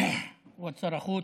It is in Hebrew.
כבוד שר החוץ,